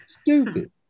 Stupid